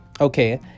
Okay